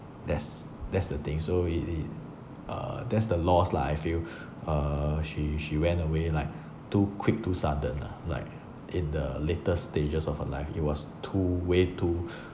that's that's the thing so it it uh that's the loss lah I feel uh she she went away like too quick too sudden lah like in the later stages of her life it was too way too